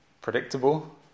predictable